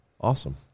Awesome